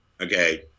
Okay